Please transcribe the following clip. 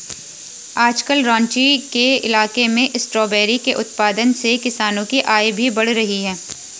आजकल राँची के इलाके में स्ट्रॉबेरी के उत्पादन से किसानों की आय भी बढ़ रही है